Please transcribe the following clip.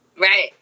Right